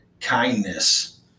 kindness